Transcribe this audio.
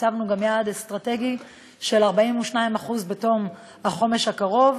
הצבנו גם יעד אסטרטגי של 42% בתום החומש הקרוב,